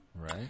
Right